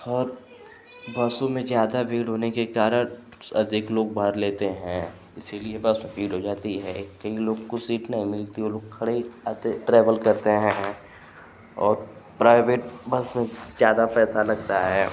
और बसों में ज़्यादा भीड़ होने के कारण अधिक लोग भार लेते हैं इसलिए बस में भीड़ हो जाती है कई लोग को सीट नहीं मिलती है वो लोग खड़े ही आते ट्रैवल करते हैं और प्राइवेट बस में ज़्यादा पैसा लगता है